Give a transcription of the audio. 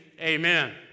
Amen